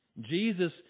Jesus